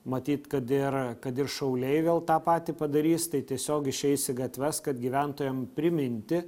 matyt kad ir kad ir šauliai vėl tą patį padarys tai tiesiog išeis gatves kad gyventojam priminti